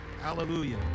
Hallelujah